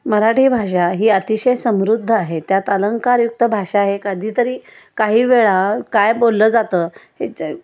मराठी भाषा ही अतिशय समृद्ध आहे त्यात अलंंकारयुक्त भाषा आहे कधीतरी काही वेळा काय बोललं जातं हे च